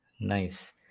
Nice